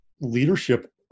leadership